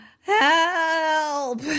Help